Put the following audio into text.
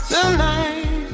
Tonight